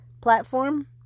platform